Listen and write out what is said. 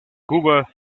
cuba